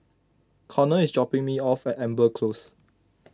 Konnor is dropping me off at Amber Close